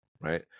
right